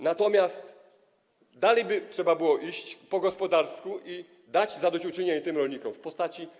Natomiast dalej by trzeba było iść, po gospodarsku, i dać zadośćuczynienie tym rolnikom w postaci.